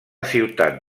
ciutat